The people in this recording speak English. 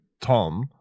Tom